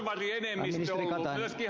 arvoisa puhemies